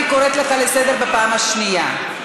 אני קוראת אותך לסדר פעם שנייה.